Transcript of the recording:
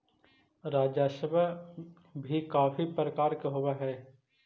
राजस्व भी काफी प्रकार के होवअ हई